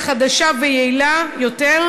ובצדק,